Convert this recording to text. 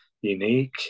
unique